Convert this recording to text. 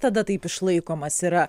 tada taip išlaikomas yra